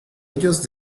ellos